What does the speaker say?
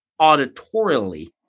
auditorially